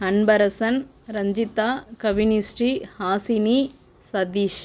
Anbarasan Ranjitha Kavinishri Hashini Satish